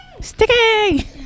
Sticky